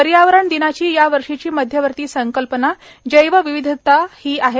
पर्यावरण दिनाची या वर्षींची मध्यवर्ती संकल्पना जैवविविधता ही आहे